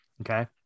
Okay